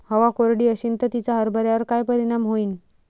हवा कोरडी अशीन त तिचा हरभऱ्यावर काय परिणाम होईन?